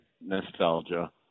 nostalgia